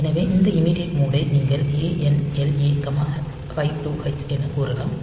எனவே இந்த immediate mode ஐ நீங்கள் ANL A 52h எனக் கூறலாம்